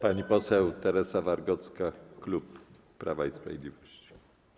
Pani poseł Teresa Wargocka, klub Prawa i Sprawiedliwości.